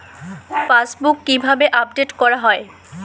Passbook কিভাবে update করা হয়?